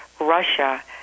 Russia